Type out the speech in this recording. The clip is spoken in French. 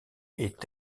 est